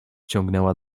ciągnęła